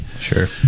Sure